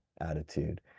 attitude